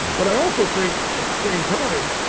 but i also think at the same time,